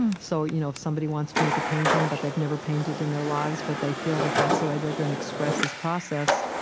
so you know if somebody wants to make a painting, but they've never painted in their lives, but they feel that that's the way they're going to express this process,